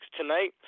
tonight